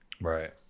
Right